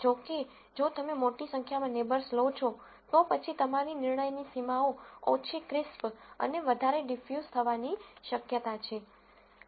જો કે જો તમે મોટી સંખ્યામાં નેબર્સ લો છો તો પછી તમારી નિર્ણયની સીમાઓ ઓછી ક્રિસ્પ અને વધારે ડીફયુસ થવાની શક્યતા છે